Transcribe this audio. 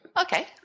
Okay